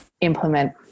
implement